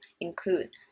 include